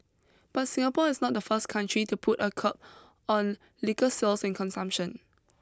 but Singapore is not the first country to put a curb on liquor sales and consumption